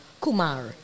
kumar